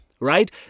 Right